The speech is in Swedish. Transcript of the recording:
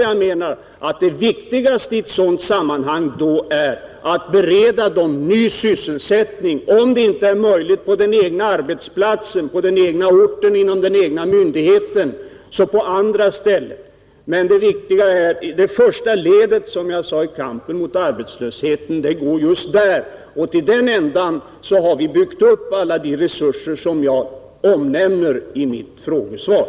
Jag menar att det viktigaste i ett sådant sammanhang är att bereda dem ny sysselsättning, om detta inte är möjligt på den egna arbetsplatsen, på den egna orten, inom den egna myndigheten, så på annat ställe. Det första ledet, som jag sade, i kampen mot arbetslösheten går just där, och till den ändan har vi byggt upp alla de resurser som jag omnämnde i mitt frågesvar.